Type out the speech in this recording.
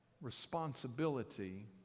responsibility